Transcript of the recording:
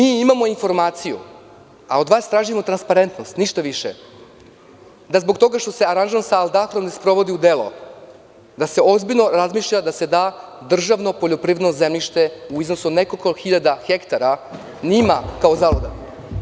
Imamo informaciju a od vas tražimo transparentnost, ništa više, da zbog toga što se aranžman sa Al Dahrom ne sprovodi u delo i da se ozbiljno razmišlja da se da državno poljoprivredno zemljište u iznosu od nekoliko hiljada hektara njima kao zalog?